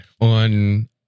on